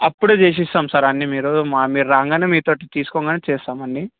అప్పుడే చేసి ఇస్తాం సార్ అన్నీ మీరు మా మీరు రాగానే మీతోటి తీసుకోగానే చేస్తాం అన్నీ